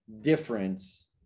difference